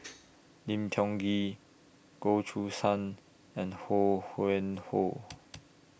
Lim Tiong Ghee Goh Choo San and Ho Yuen Hoe